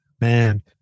man